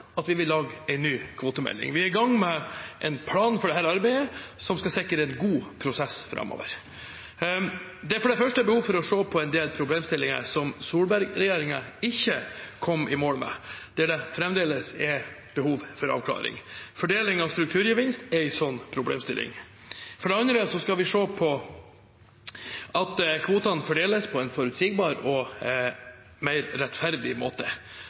at vi vil lage en ny kvotemelding. Vi er i gang med en plan for dette arbeidet som skal sikre en god prosess framover. Det er for det første behov for å se på en del problemstillinger som Solberg-regjeringen ikke kom i mål med, hvor det fremdeles er behov for avklaring. Fordeling av strukturgevinst er en slik problemstilling. For det andre skal vi se til at kvotene fordeles på en forutsigbar og mer rettferdig måte.